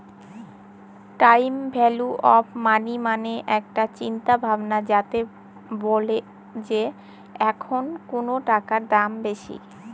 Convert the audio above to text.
time value of money মানে একটা চিন্তা ভাবনা যাতে বলে যে এখন কোনো টাকার দাম বেশি